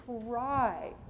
try